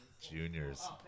Juniors